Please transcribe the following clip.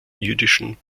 jüdischen